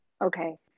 Okay